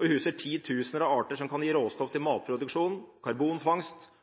og huser titusener av arter som kan gi råstoff til matproduksjon, karbonfangst